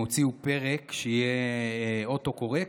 הם הוציאו פרק שיהיה אוטו-קורקט,